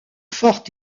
fort